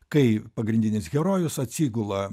kai pagrindinis herojus atsigula